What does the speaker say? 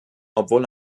obwohl